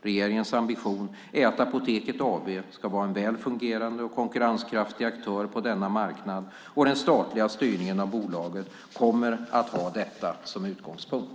Regeringens ambition är att Apoteket AB ska vara en väl fungerande och konkurrenskraftig aktör på denna marknad, och den statliga styrningen av bolaget kommer att ha detta som utgångspunkt.